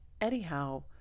anyhow